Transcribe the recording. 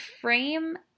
frame